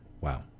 wow